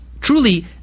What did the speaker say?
truly